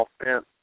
offense